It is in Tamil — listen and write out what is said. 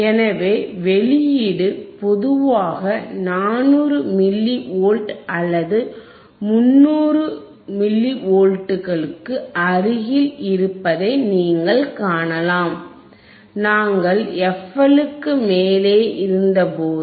எனவே வெளியீடு பொதுவாக 400 மில்லி வோல்ட் அல்லது 300 மில்லி வோல்ட்டுகளுக்கு அருகில் இருப்பதை நீங்கள் காணலாம் நாங்கள் fL க்கு மேலே இருந்தபோது